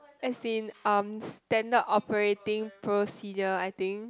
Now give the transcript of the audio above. as in um standard operating procedure I think